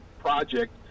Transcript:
project